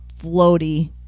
floaty